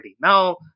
Now